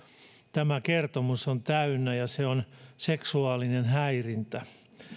tämä kertomus on täynnä ja se on seksuaalinen häirintä